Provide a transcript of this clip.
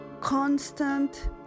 constant